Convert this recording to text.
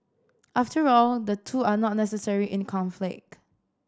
after all the two are not necessarily in conflict